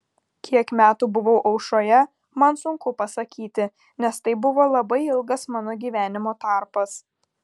kiek metų buvau aušroje man sunku pasakyti nes tai buvo labai ilgas mano gyvenimo tarpas